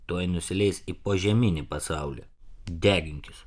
tuoj nusileis į požeminį pasaulį deginkis